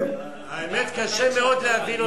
האמת, קשה מאוד להבין אותה.